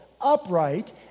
upright